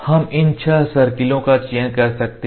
हम इन छह सर्किलों का चयन कर सकते हैं